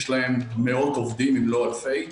יש להם מאות אם לא אלפי עובדים,